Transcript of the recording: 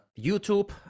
YouTube